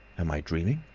am i dreaming?